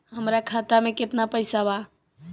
हमरा खाता में केतना पइसा बा?